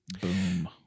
Boom